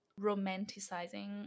romanticizing